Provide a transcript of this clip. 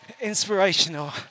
inspirational